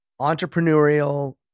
entrepreneurial